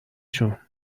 جون